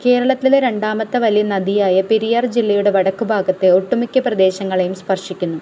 കേരളത്തിലെ രണ്ടാമത്തെ വലിയ നദിയായ പെരിയാർ ജില്ലയുടെ വടക്ക് ഭാഗത്തെ ഒട്ടുമിക്ക പ്രദേശങ്ങളെയും സ്പർശിക്കുന്നു